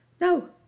No